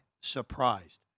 surprised